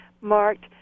marked